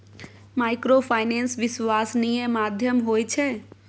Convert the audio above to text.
Microfinance विश्वासनीय माध्यम होय छै?